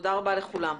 תודה רבה לכולם,